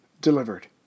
delivered